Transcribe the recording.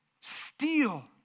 Steal